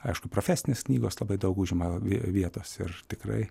aišku profesinės knygos labai daug užima vi vietos ir tikrai